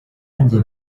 njye